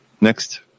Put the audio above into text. Next